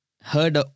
heard